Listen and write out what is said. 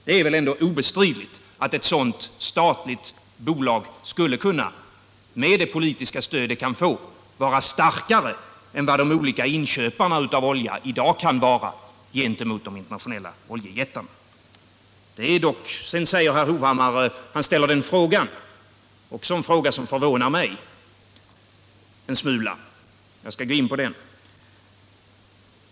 Det är väl obestridligt att ett sådant statligt bolag skulle kunna, med det politiska stöd det kan få, vara starkare än de olika inköparna av olja i dag kan vara gentemot de internationella oljejättarna. Sedan ställer herr Hovhammar en fråga som förvånar mig en smula, och jag skall gå in på den.